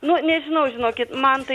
nu nežinau žinokit man tai